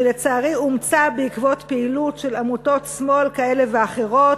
שלצערי אומצה בעקבות פעילות של עמותות שמאל כאלה ואחרות,